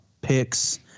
picks